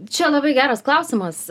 čia labai geras klausimas